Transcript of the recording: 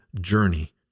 journey